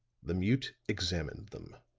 the mute examined them